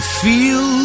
feel